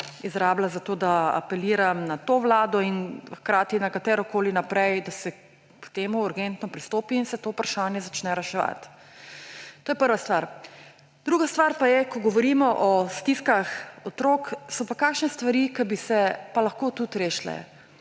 izrabila za to, da apeliram na to vlado in hkrati na katerokoli naprej, da se k temu urgentno pristopi in se to vprašanje začne reševati. To je prva stvar. Druga stvar pa je, ko govorimo o stiskah otrok, so pa kakšne stvari, ki bi se pa lahko tudi rešile.